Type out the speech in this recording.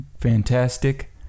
fantastic